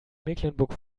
mecklenburg